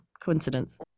coincidence